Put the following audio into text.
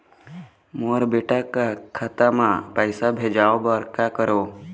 मोर बेटा खाता मा पैसा भेजवाए बर कर करों?